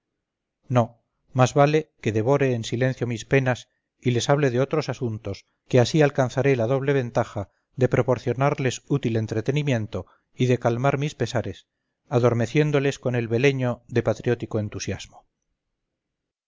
no más vale que devore en silencio mis penas y les hable de otros asuntos que así alcanzaré la doble ventaja de proporcionarles útil entretenimiento y de calmar mis pesares adormeciéndoles con el beleño de patriótico entusiasmo